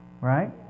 right